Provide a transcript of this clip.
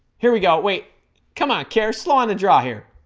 here we go wait come on kara slow on the draw here